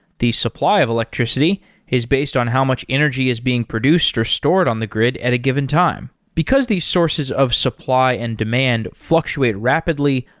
the supply of electricity is based on how much energy is being produced or stored on the grid at a given time. because these sources of supply and demand fluctuate rapidly,